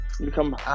Become